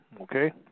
Okay